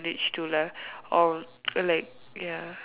managed to lah or like ya